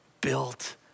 built